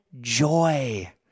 joy